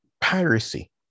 Piracy